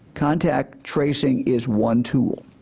contact tracing is one tool.